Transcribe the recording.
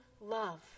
love